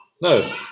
No